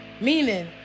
Meaning